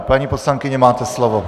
Paní poslankyně, máte slovo.